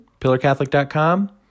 PillarCatholic.com